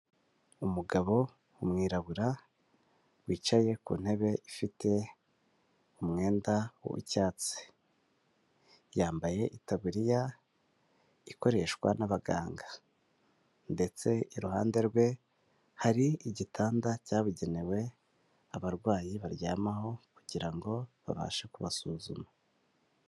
Umugabo w'umwirabura wicaye ku ntebe ifite umwenda w'icyatsi, yambaye itaburiya ikoreshwa n'abaganga ndetse iruhande rwe hari igitanda cyabugenewe abarwayi baryamaho kugira ngo babashe kubasuzuma.